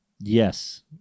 Yes